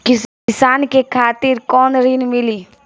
किसान के खातिर कौन ऋण मिली?